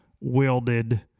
welded